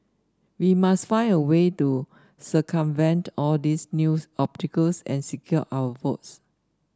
we must find a way to circumvent all these new obstacles and secure our votes